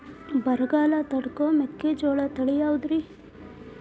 ಬರಗಾಲ ತಡಕೋ ಮೆಕ್ಕಿಜೋಳ ತಳಿಯಾವುದ್ರೇ?